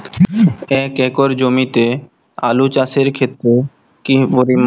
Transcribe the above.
এক একর জমিতে আলু চাষের ক্ষেত্রে কি পরিমাণ ফসফরাস উদ্ভিদ দেওয়া উচিৎ?